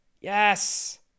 Yes